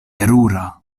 terura